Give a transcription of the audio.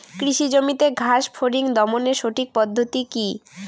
কৃষি জমিতে ঘাস ফরিঙ দমনের সঠিক পদ্ধতি কি?